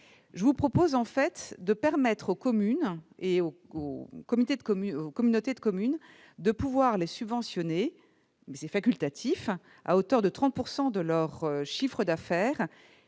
Je vous propose donc de permettre aux communes et aux communautés de communes de les subventionner- ce serait facultatif -à hauteur de 30 % du chiffre d'affaires.